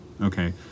Okay